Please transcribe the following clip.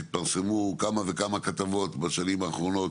התפרסמו כמה וכמה כתבות בשנים האחרונות